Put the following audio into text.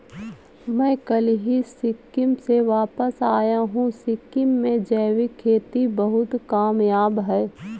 मैं कल ही सिक्किम से वापस आया हूं सिक्किम में जैविक खेती बहुत कामयाब है